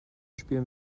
spielen